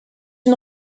une